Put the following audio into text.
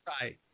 right